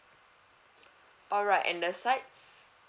alright and the sides